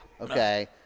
Okay